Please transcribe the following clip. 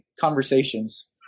conversations